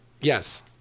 Yes